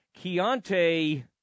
Keontae